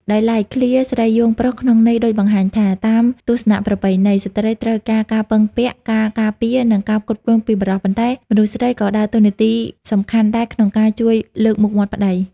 ដោយឡែក ឃ្លា ស្រីយោងប្រុស ក្នុងន័យដូចបង្ហាញថា តាមទស្សនៈប្រពៃណី ស្ត្រីត្រូវការការពឹងពាក់ ការការពារ និងការផ្គត់ផ្គង់ពីបុរស ប៉ុន្តែមនុស្សស្រីក៏ដើរតួនាទីសំខាន់ដែរក្នុងការជួយលើកមុខមាត់ប្ដី។